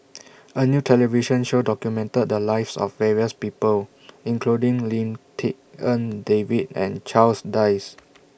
A New television Show documented The Lives of various People including Lim Tik En David and Charles Dyce